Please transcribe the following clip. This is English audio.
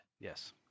yes